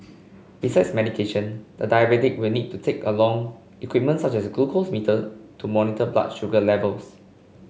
besides medication the diabetic will need to take along equipment such as glucose meter to monitor blood sugar levels